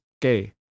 gay